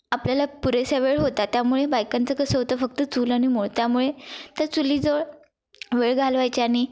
आपल्याला पुरेसा वेळ होता त्यामुळे बायकांचं कसं होतं फक्त चूल आणि मूल त्यामुळे त्या चुलीजवळ वेळ घालवायच्या आणि